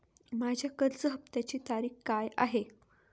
माझ्या कर्ज हफ्त्याची तारीख काय आहे?